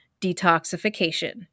detoxification